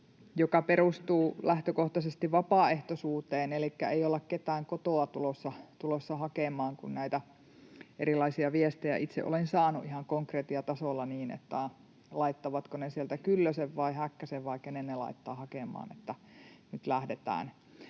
joka perustuu lähtökohtaisesti vapaaehtoisuuteen elikkä ei olla ketään kotoa tulossa hakemaan. Kun näitä erilaisia viestejä itse olen saanut ihan konkretiatasolla, että laittavatko ne sieltä Kyllösen vai Häkkäsen vai kenet ne laittavat hakemaan, että nyt lähdetään,